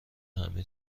همه